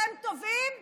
אתם טובים ברעיונות,